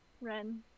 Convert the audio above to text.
Ren